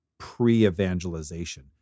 pre-evangelization